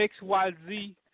XYZ